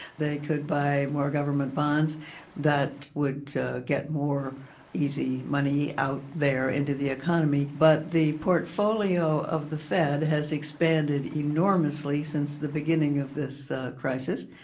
they could buy more government bonds that would get more easy money out there into the economy. but the portfolio of the fed has expanded enormously since the beginning of this crisis,